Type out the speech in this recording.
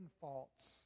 faults